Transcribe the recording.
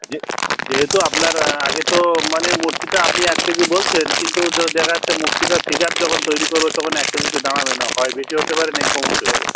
যে যেহেতু আপনার আগে তো মানে মূর্তিটা আপনি এক কেজি বলছেন কিন্তু যে দেখাচ্ছে মূর্তিটার ফিগার যখন তৈরী করব তখন এক কেজিতে দাঁড়াবে না হয় বেশি হতে পারে নয় কম হতে পারে